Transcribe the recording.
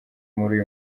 muri